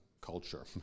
culture